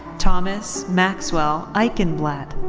thomas maxwell eichenblatt.